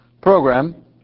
program